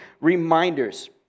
reminders